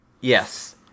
Yes